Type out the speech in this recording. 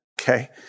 okay